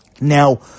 Now